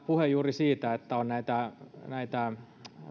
puheen siitä että on näitä